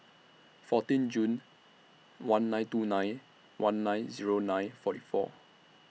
fourteen June one nine two nine one nine Zero nine forty four